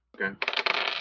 Okay